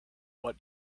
what